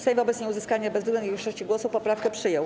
Sejm wobec nieuzyskania bezwzględnej większości głosów poprawkę przyjął.